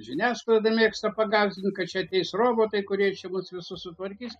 žiniasklaida mėgsta pagąsdint kad čia ateis robotai kurie čia mus visus sutvarkys